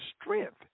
strength